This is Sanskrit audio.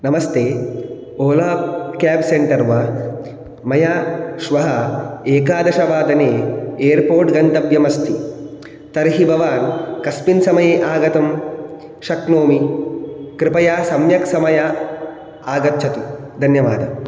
नमस्ते ओला केब् सेण्टर् वा मया श्वः एकादशवादने एर्पोर्ट् गन्तव्यमस्ति तर्हि भवान् कस्मिन् समये आगन्तुम् शक्नोति कृपया सम्यक् समये आगच्छतु धन्यवादाः